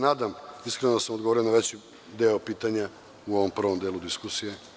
Nadam se iskreno da sam odgovorio na veći broj pitanja u ovom prvom delu diskusije.